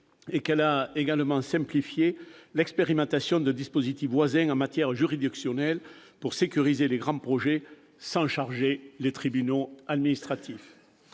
et qu'elle a également simplifié l'expérimentation d'un dispositif voisin en matière juridictionnelle pour sécuriser les grands projets sans surcharger les tribunaux administratifs.